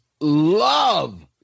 love